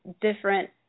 different